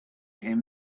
him